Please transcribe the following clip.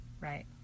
Right